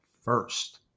first